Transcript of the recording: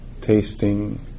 tasting